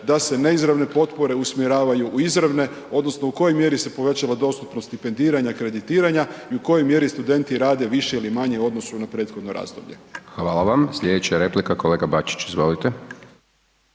da se neizravne potpore usmjeravaju u izravne odnosno u kojoj mjeri se povećala dostupnost stipendiranja, kreditiranja i u kojoj mjeri studenti rade više ili manje u odnosu na prethodno razdoblje? **Hajdaš Dončić, Siniša (SDP)** Hvala vam. Slijedeća replika kolega Bačić, izvolite.